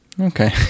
Okay